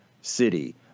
City